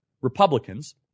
Republicans